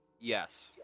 yes